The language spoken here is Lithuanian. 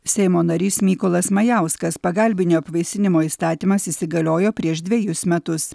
seimo narys mykolas majauskas pagalbinio apvaisinimo įstatymas įsigaliojo prieš dvejus metus